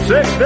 Six